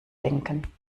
denken